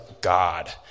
God